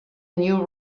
new